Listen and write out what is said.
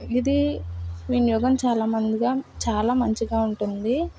ఇది వినియోగం చాలామందిగా చాలా మంచిగా ఉంటుంది